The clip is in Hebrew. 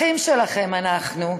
אחים שלכם אנחנו.